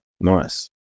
Nice